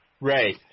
Right